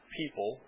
people